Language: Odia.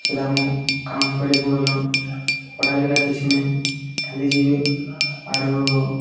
ସେ କାମ୍ କରିବାକୁ କହୁଛନ୍ ପଢ଼ା ଲିଖା କିଛି ନାହିଁ ଖାଲି ଯିବେ ଆରୁ